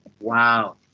Wow